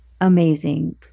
amazing